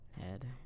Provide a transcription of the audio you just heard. head